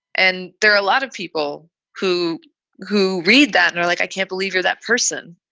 and there are a lot of people who who read that and are like, i can't believe you're that person.